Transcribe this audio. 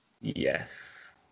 Yes